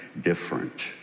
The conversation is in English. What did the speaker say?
different